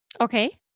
Okay